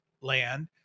land